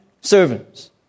servants